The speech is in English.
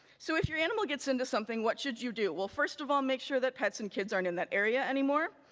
so if your animal gets into something what should you do? well first of all, make sure that pets and kids aren't in that area anymore.